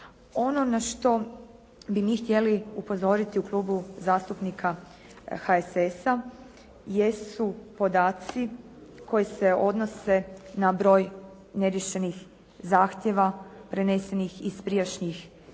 Ono na što bi mi htjeli upozoriti u Klubu zastupnika HSS-a jesu podaci koji se odnose na broj neriješenih zahtjeva prenesenih iz prijašnjih